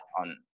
on